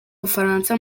bufaransa